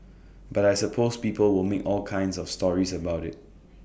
but I suppose people will make all kinds of stories about IT